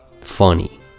funny